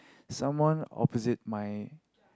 someone opposite my